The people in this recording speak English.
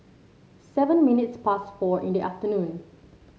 seven minutes past four in the afternoon